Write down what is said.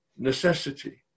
Necessity